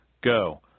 Go